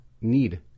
need